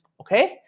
okay